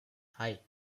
hei